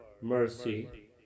mercy